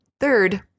Third